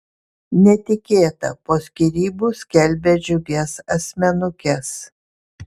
netikėta po skyrybų skelbia džiugias asmenukes